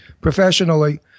professionally